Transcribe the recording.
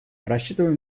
рассчитываем